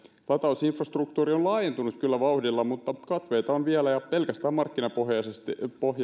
latausinfrastruktuuri on laajentunut kyllä vauhdilla mutta katveita on vielä ja pelkästään markkinapohjaisesti